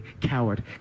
coward